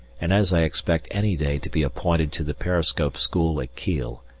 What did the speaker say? and as i expect any day to be appointed to the periscope school at kiel,